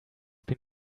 been